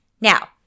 Now